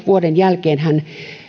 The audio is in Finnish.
vuoden jälkeenhän